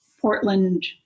portland